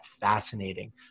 fascinating